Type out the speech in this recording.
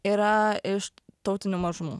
yra iš tautinių mažumų